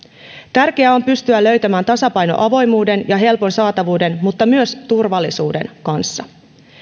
tärkeää on pystyä löytämään tasapaino avoimuuden ja helpon saatavuuden mutta myös turvallisuuden kanssa